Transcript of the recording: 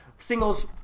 Singles